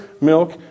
milk